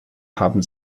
haben